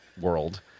world